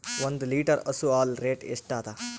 ಒಂದ್ ಲೀಟರ್ ಹಸು ಹಾಲ್ ರೇಟ್ ಎಷ್ಟ ಅದ?